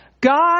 God